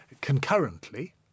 concurrently